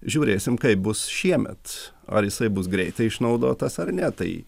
žiūrėsim kaip bus šiemet ar jisai bus greitai išnaudotas ar ne tai